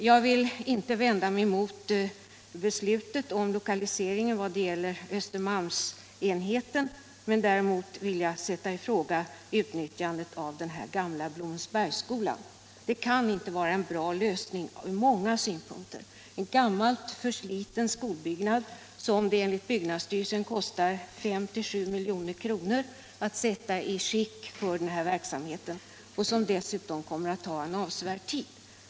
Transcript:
Jag vill inte vända mig mot beslutet om lokaliseringen vad gäller Östermalmsenheten, men däremot vill jag sätta i fråga utnyttjandet av den här gamla Blommensbergsskolan. Det kan från många synpunkter inte vara en bra lösning — en gammal försliten skolbyggnad som det, enligt byggnadsstyrelsen, kostar 5-7 milj.kr. att sätta i skick för denna verksamhet. Det kommer dessutom att ta en avsevärd tid.